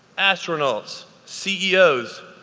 astronauts, ceos,